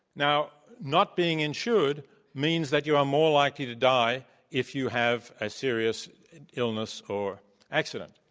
now, not being insured means that you are more likely to die if you have a serious illness or accident.